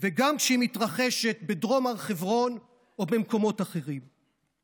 וגם כשהיא מתרחשת בדרום הר חברון או במקומות אחרים.